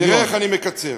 תראה איך אני מקצר.